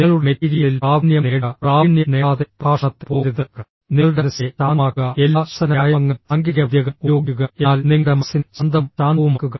നിങ്ങളുടെ മെറ്റീരിയലിൽ പ്രാവീണ്യം നേടുക പ്രാവീണ്യം നേടാതെ പ്രഭാഷണത്തിന് പോകരുത് നിങ്ങളുടെ മനസ്സിനെ ശാന്തമാക്കുക എല്ലാ ശ്വസന വ്യായാമങ്ങളും സാങ്കേതികവിദ്യകളും ഉപയോഗിക്കുക എന്നാൽ നിങ്ങളുടെ മനസ്സിനെ ശാന്തവും ശാന്തവുമാക്കുക